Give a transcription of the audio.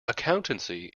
accountancy